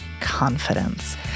confidence